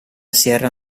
sierra